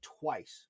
twice